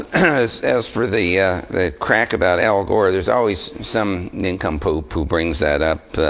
as as for the the crack about al gore, there's always some nincompoop who brings that up.